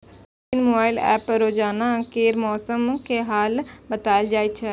विभिन्न mobile app पर रोजाना केर मौसमक हाल बताएल जाए छै